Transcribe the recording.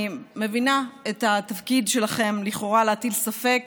אני מבינה את התפקיד שלכם לכאורה להטיל ספק,